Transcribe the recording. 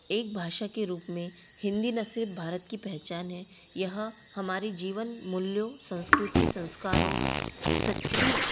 एक भाषा के रूप में हिंदी ना सिर्फ़ भारत की पहचान है यह हमारी जीवन मूल्यों संस्कृति संस्कारों सच्ची